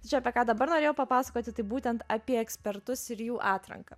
čia apie ką dabar norėjau papasakoti tai būtent apie ekspertus ir jų atranką